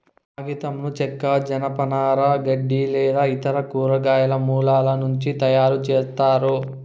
కాగితంను చెక్క, జనపనార, గడ్డి లేదా ఇతర కూరగాయల మూలాల నుంచి తయారుచేస్తారు